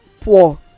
poor